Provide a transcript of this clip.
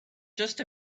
just